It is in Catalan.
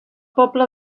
poble